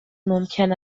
ممکن